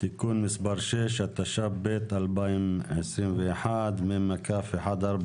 (תיקון מס' 6), התשפ"ב-2021, מ/1462,